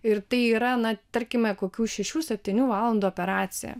ir tai yra na tarkime kokių šešių septynių valandų operaciją